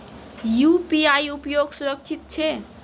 UPI उपयोग सुरक्षित छै?